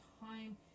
time